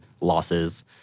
losses